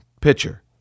pitcher